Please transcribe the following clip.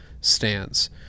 stance